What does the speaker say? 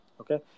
Okay